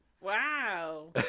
Wow